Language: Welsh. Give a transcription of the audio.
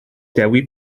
dewi